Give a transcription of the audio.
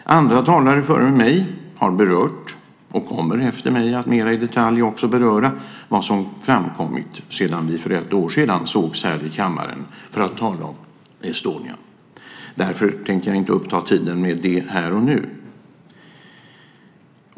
Andra talare före mig har berört och kommer efter mig att mera i detalj beröra vad som framkommit sedan vi för ett år sedan sågs i kammaren för att tala om Estonia. Därför tänker jag inte uppta tiden med det här och nu.